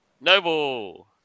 Noble